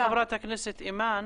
שאלה לחברת הכנסת אימאן.